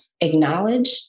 acknowledge